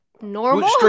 Normal